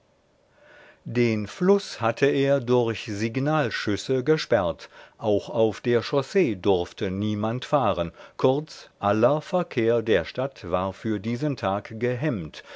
den fluß hatte er durch signalschüsse gesperrt auch auf der chaussee durfte niemand fahren kurz aller verkehr der stadt war für diesen tag gehemmt